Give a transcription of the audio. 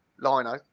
Lino